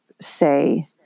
say